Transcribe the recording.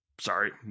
sorry